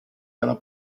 dalla